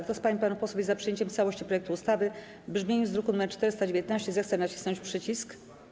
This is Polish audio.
Kto z pań i panów posłów jest za przyjęciem w całości projektu ustawy w brzmieniu z druku nr 419, zechce nacisnąć przycisk.